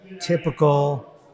typical